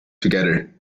together